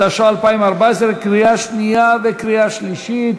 התשע"ה 2014, קריאה שנייה וקריאה שלישית.